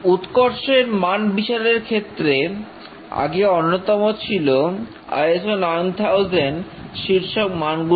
উৎকর্ষের মান বিচারের ক্ষেত্রে আগে অন্যতম ছিল ISO 9000 শীর্ষক মানগুলি